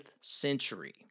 century